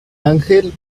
ángel